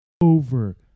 over